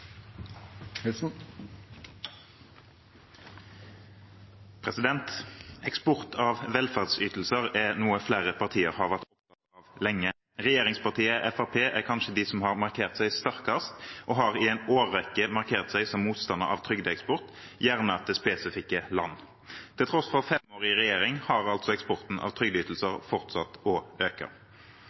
noe flere partier har vært opptatt av lenge. Regjeringspartiet Fremskrittspartiet er kanskje de som har markert seg sterkest og har i en årrekke markert seg som motstander av trygdeeksport – gjerne til spesifikke land. Til tross for fem år i regjering har altså eksporten av trygdeytelser fortsatt å øke.